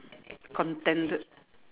contended